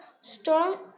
Storm